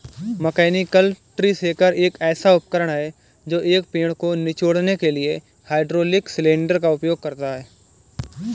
mechanical tree shaker एक ऐसा उपकरण है जो एक पेड़ को निचोड़ने के लिए हाइड्रोलिक सिलेंडर का उपयोग करता है